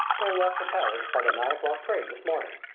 they left for paris by the nine o'clock train this morning.